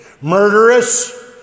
murderous